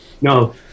No